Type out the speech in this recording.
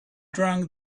drank